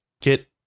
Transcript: get